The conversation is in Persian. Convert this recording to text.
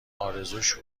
ارزوش